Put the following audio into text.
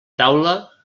taula